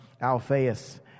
Alphaeus